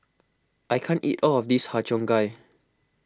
I can't eat all of this Har Cheong Gai